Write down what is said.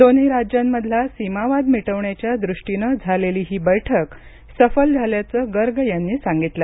दोन्ही राज्यांमधला सीमावाद मिटवण्याच्या दृष्टीनं झालेली ही बैठक सफल झाल्याचं गर्ग यांनी सांगितलं